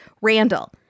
Randall